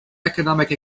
economic